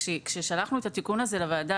כששלחנו את התיקון הזה לוועדה,